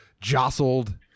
jostled